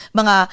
mga